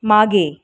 मागे